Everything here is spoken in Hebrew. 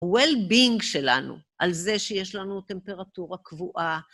well being שלנו, על זה שיש לנו טמפרטורה קבועה.